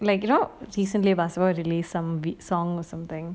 like you know recently release some big songs some time